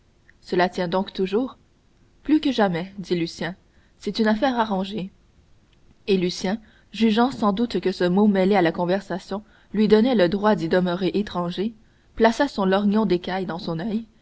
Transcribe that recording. cela tient donc toujours plus que jamais dit lucien c'est une affaire arrangée et lucien jugeant sans doute que ce mot mêlé à la conversation lui donnait le droit d'y demeurer étranger plaça son lorgnon d'écaille dans son oeil